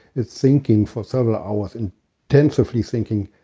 it's thinking for several hours and intensively thinking,